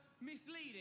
misleading